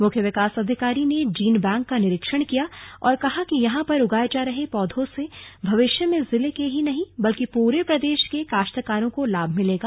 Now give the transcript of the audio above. मुख्य विकास अधिकारी ने जीनबैंक का निरीक्षण किया और कहा कि यहां पर उगाए जा रहे पौधों से भविष्य में जिले के ही नहीं बल्कि पूरे प्रदेश के काश्तकारों को लाभ मिलेगा